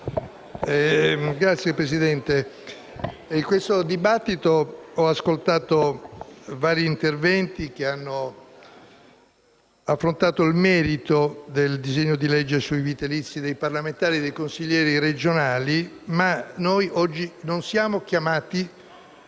Signor Presidente, in questo dibattito ho ascoltato vari interventi che hanno affrontato il merito del disegno di legge sui vitalizi dei parlamentari e dei consiglieri regionali. Tuttavia, oggi noi siamo chiamati